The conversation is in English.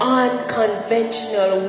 unconventional